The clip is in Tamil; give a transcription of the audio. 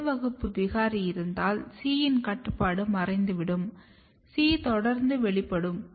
A வகுப்பு விகாரி இருந்தால் C இன் கட்டுப்பாடு மறைந்துவிடும் C தொடர்ந்து வெளிப்படும்